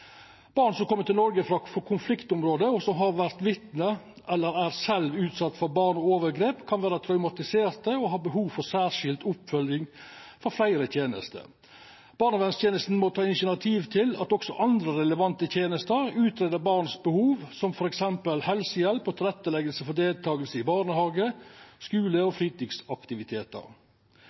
Barn som kjem til Noreg frå konfliktområde, og som har vore vitne til eller sjølve vore utsette for vald og overgrep, kan vera traumatiserte og ha behov for særskild oppfølging frå fleire tenester. Barnevernstenesta må ta initiativ til at også andre relevante tenester greier ut kva behov barnet har, som f.eks. helsehjelp og tilrettelegging for deltaking i barnehage, skule og fritidsaktivitetar.